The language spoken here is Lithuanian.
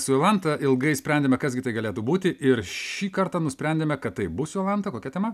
su jolanta ilgai sprendėme kas gi tai galėtų būti ir šį kartą nusprendėme kad tai bus jolanta kokia tema